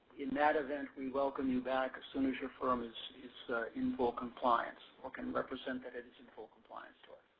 in that event, we welcome you back as soon as your firm is is in full compliance or can represent that it is in full compliance.